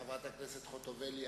חברת הכנסת חוטובלי,